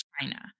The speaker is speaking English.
China